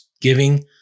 giving